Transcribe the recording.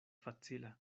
facila